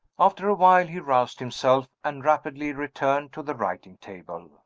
after a while he roused himself, and rapidly returned to the writing table.